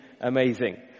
amazing